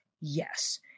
yes